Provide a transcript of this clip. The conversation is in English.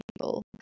people